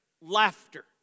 laughter